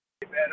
better